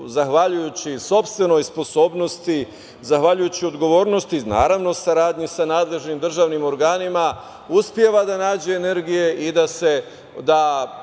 zahvaljujući sopstvenoj sposobnosti, zahvaljujući odgovornosti naravno u saradnji sa nadležnim državnim organima uspeva da nađe energije i da se